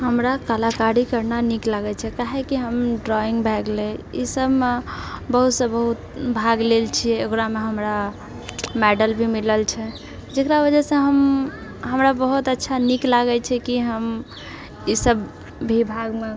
हमरा कलाकारी करना निक लागैछेै काहेकि हम ड्रॉइंग भए गेलेै ई सबमे बहुत सँ बहुत भाग लेल छिए ओकरामे हमरा मैडल भी मिललछै जेकरा वजहसँ हम हमरा बहुत अच्छा निक लागैछेै कि हम ई सब विभागमे